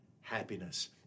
happiness